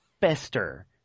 Fester